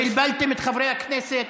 אתם בלבלתם את חברי הכנסת.